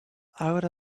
out